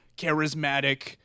charismatic